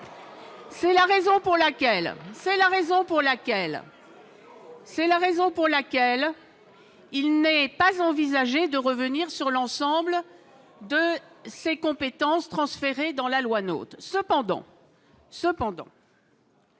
C'est la raison pour laquelle il n'est pas envisagé de revenir sur l'ensemble des compétences transférées par la loi NOTRe.